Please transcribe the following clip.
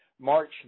March